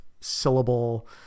syllable